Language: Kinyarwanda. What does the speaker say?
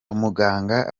umuganga